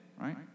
right